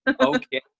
Okay